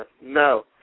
No